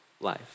life